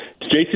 Jason